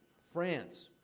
france,